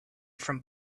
from